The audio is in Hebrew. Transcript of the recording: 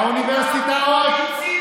אתם פראי אדם.